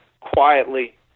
quietly